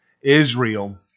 Israel